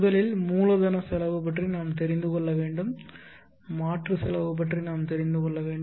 முதலில் மூலதன செலவு பற்றி நாம் தெரிந்து கொள்ள வேண்டும் மாற்று செலவு பற்றி நாம் தெரிந்து கொள்ள வேண்டும்